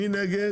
מי נגד?